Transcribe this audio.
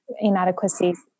inadequacies